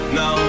no